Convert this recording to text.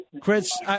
Chris